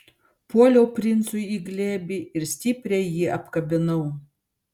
puoliau princui į glėbį ir stipriai jį apkabinau